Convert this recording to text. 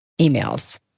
emails